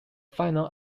final